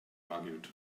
argued